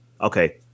okay